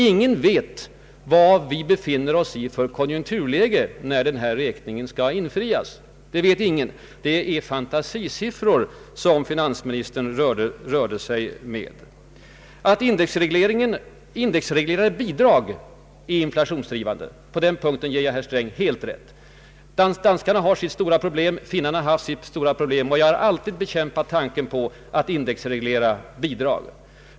Ingen vet vilket konjunkturläge vi befinner oss i, när räkningen skall infrias. Det vet ingen. Det var alltså rena fantasisiffror som finansministern rörde sig med. Att indexreglera bidrag är inflationsdrivande, det ger jag herr Sträng helt rätt i. Danskarna har stora problem och finnarna har haft stora problem i detta avseende. Jag har alltid bekämpat tanken på att indexreglera bidrag.